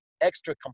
extra